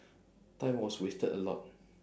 time was wasted a lot